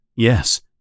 Yes